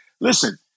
Listen